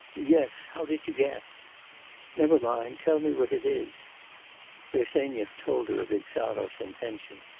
yes, how did you guess never mind tell me what it is bersenyev told her of insarov's intention.